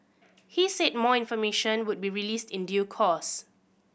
he said more information would be released in due course